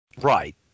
Right